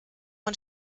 man